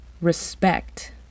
respect